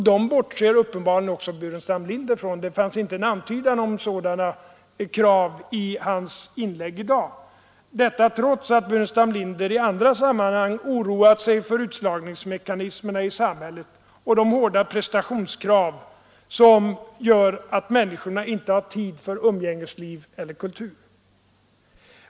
Dem bortser uppenbarligen också herr Buren stam Linder från; det fanns inte en antydan om sådana krav i hans inlägg i dag, detta trots att herr Burenstam Linder i andra sammanhang oroar sig för utslagningsmekanismerna i samhället och de hårda prestationskrav som gör att människorna inte har tid för umgängesliv eller kultur.